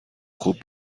خوب